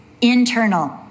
internal